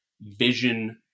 Vision